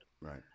right